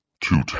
Two